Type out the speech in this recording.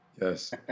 Yes